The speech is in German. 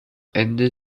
ende